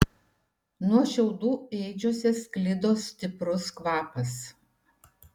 nuo šiaudų ėdžiose sklido stiprus kvapas